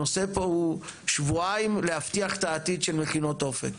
הנושא פה הוא שבועיים להבטיח את העתיד של מכינות אופק.